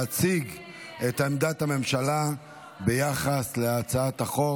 להציג את עמדת הממשלה ביחס להצעת החוק.